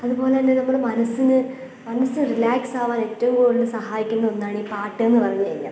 അതുപോലെത്തന്നെ നമ്മൾ മനസ്സിന് മനസ്സ് റിലാക്സാവാൻ ഏറ്റവും കൂടുതൽ സഹായിക്കുന്ന ഒന്നാണീ പാട്ടെന്ന് പറഞ്ഞ് കഴിഞ്ഞാൽ